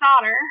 daughter